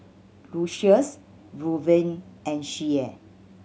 Lucious Luverne and Shea